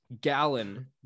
gallon